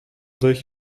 durch